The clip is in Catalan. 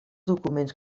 documents